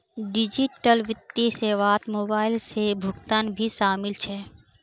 digital वित्तीय सेवात mobile से भुगतान भी शामिल छे